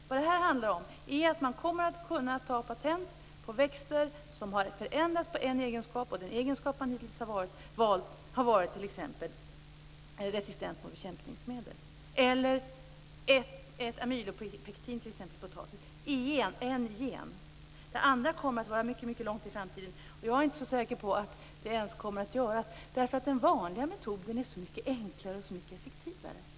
Det handlar om att man kommer att kunna ta patent på växter som har förändrats i en egenskap. Den egenskap man hittills har valt är t.ex. resistens mot bekämpningsmedel, eller amylopektin t.ex. i potatis. Det gäller en gen. Det andra kommer att ligga mycket långt fram i framtiden. Jag är inte så säker på att det ens kommer att ske. Den vanliga metoden är nämligen så mycket enklare och så mycket effektivare.